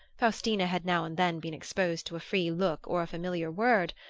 faustina had now and then been exposed to a free look or a familiar word,